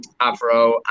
Avro